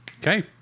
Okay